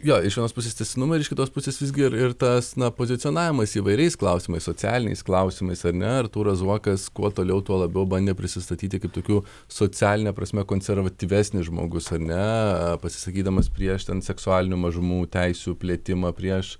jo iš vienos pusės tęstinumą ir iš kitos pusės visgi ir ir tas na pozicionavimas įvairiais klausimais socialiniais klausimais ar ne artūras zuokas kuo toliau tuo labiau bandė prisistatyti kaip tokių socialine prasme konservatyvesnis žmogus ar ne pasisakydamas prieš seksualinių mažumų teisių plėtimą prieš